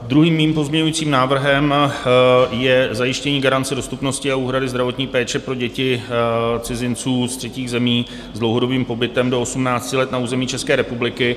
Druhým mým pozměňujícím návrhem je zajištění garance dostupnosti a úhrady zdravotní péče pro děti cizinců z třetích území s dlouhodobým pobytem do 18 let na území České republiky.